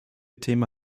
thema